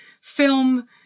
film